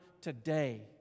today